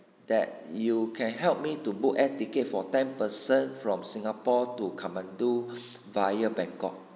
that you can help me to book air ticket for ten person from singapore to kathmandu via bangkok